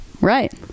right